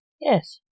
Yes